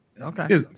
Okay